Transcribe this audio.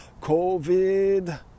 COVID